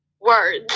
words